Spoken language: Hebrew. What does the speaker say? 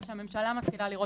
מה שהממשלה מתחילה לראות,